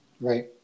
Right